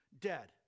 Dead